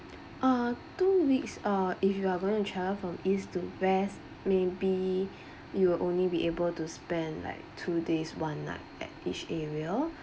ah two weeks ah if you are going to travel from east to west maybe you will only be able to spend like two days one night at each area